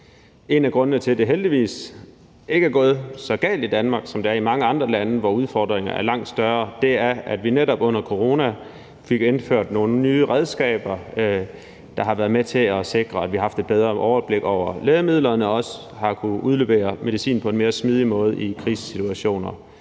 En af grundene til, at det heldigvis ikke er gået så galt i Danmark, som det er i mange andre lande, hvor udfordringerne er langt større, er, at vi netop under corona fik indført nogle nye redskaber, der har været med til at sikre, at vi har haft et bedre overblik over lægemidlerne og også har kunnet udlevere medicin på en mere smidig måde i krisesituationer.